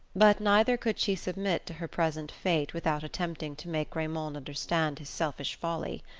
but neither could she submit to her present fate without attempting to make raymond understand his selfish folly.